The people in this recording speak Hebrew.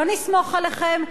לא נסמוך עליכם,